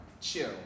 chill